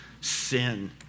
sin